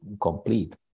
complete